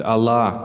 Allah